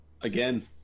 again